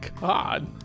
God